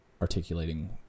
articulating